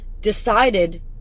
decided